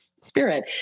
spirit